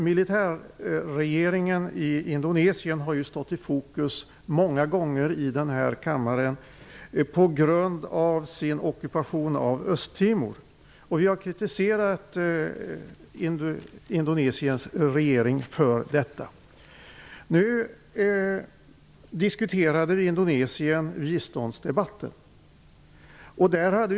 Militärregeringen i Indonesien har ju stått i fokus många gånger i denna kammare på grund av ockupationen av Östtimor. Vi har kritiserat Indonesiens regering för detta. Vi diskuterade frågan om Indonesien i biståndsdebatten.